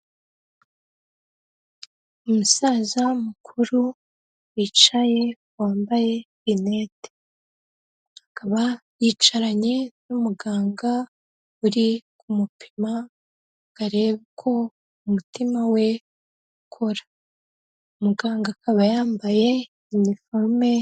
Umusaza mukuru wicaye wambaye rinete, akaba yicaranye n'umuganga uri kumupima ngo arebe ko umutima we ukora, muganga akaba yambaye iniforume.